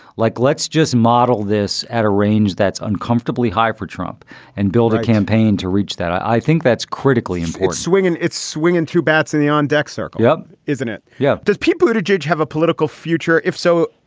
like, let's just model this at a range that's uncomfortably high for trump and build a campaign to reach that i think that's critically important swing and it's swinging through bats in the on deck circle, yeah isn't it? yeah. does people at a judge have a political future? if so,